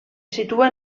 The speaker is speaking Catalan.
situa